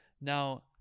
Now